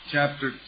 Chapter